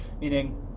Meaning